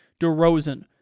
DeRozan